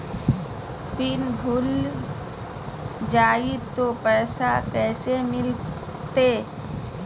Pin भूला जाई तो पैसा कैसे मिलते?